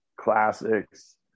classics